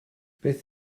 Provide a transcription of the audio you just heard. beth